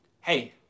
Hey